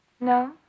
No